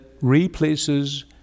replaces